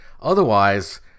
Otherwise